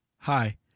Hi